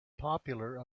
popular